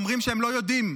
אומרים שהם לא יודעים,